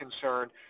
concerned